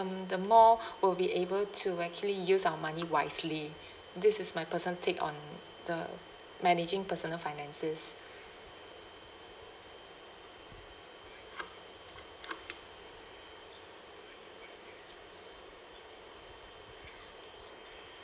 um the more we'll be able to actually use our money wisely this is my personal take on the managing personal finances